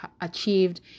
achieved